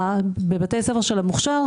לא --- בבתי הספר של המוכשר,